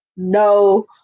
no